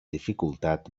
dificultat